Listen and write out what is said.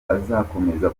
hazakomeza